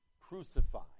crucified